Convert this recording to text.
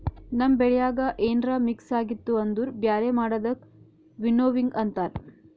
ನಮ್ ಬೆಳ್ಯಾಗ ಏನ್ರ ಮಿಕ್ಸ್ ಆಗಿತ್ತು ಅಂದುರ್ ಬ್ಯಾರೆ ಮಾಡದಕ್ ವಿನ್ನೋವಿಂಗ್ ಅಂತಾರ್